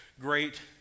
great